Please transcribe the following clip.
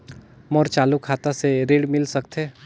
मोर चालू खाता से ऋण मिल सकथे?